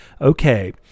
okay